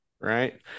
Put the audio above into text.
right